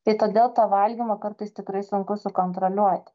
tai todėl tą valgymą kartais tikrai sunku sukontroliuoti